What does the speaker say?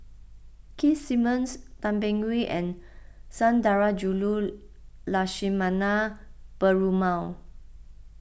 Keith Simmons Tan Beng Swee and Sundarajulu Lakshmana Perumal